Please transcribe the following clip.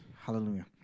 Hallelujah